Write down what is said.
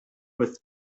with